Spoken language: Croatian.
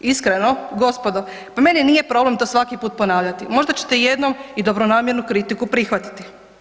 Iskreno gospodo pa meni nije problem to svaki put ponavljati možda ćete jednom i dobronamjernu kritiku prihvatiti.